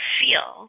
feel